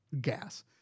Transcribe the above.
gas